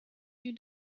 you